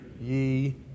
ye